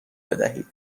بدهید